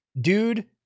Dude